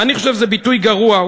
אני חושב שזה ביטוי גרוע.